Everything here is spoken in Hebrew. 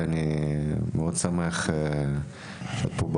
אני מאוד שמח שאת פה,